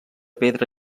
pedra